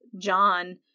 John